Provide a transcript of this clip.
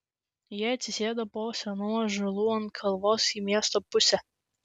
jie atsisėdo po senu ąžuolu ant kalvos į miesto pusę